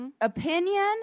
opinion